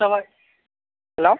जाबाय हेलौ